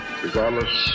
regardless